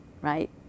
Right